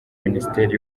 minisiteri